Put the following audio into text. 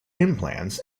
implants